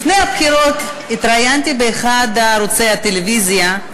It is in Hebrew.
לפני הבחירות התראיינתי באחד מערוצי הטלוויזיה,